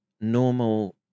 normal